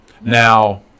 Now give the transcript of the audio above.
Now